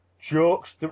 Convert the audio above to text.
jokes